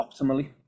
optimally